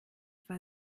war